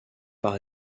par